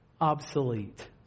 obsolete